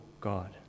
God